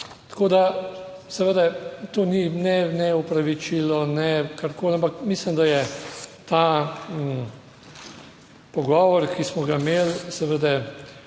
Tako da seveda to ni ne opravičilo, ne karkoli, ampak mislim, da je ta pogovor, ki smo ga imeli, seveda